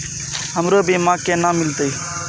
हमरो बीमा केना मिलते?